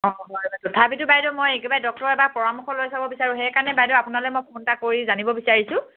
অঁ হয় বাইদেউ তথাপিতো বাইদেউ মই একেবাৰে ডক্তৰৰ এবাৰ পৰামৰ্শ লৈ চাব বিচাৰোঁ সেইকাৰণে বাইদেউ আপোনালৈ মই ফোন এটা কৰি জানিব বিচাৰিছোঁ